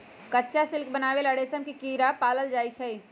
कच्चा सिल्क बनावे ला रेशम के कीड़ा पालल जाई छई